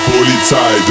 Polizei